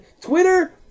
Twitter